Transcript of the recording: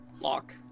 Lock